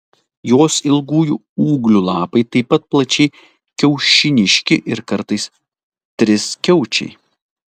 jos ilgųjų ūglių lapai taip pat plačiai kiaušiniški ir kartais triskiaučiai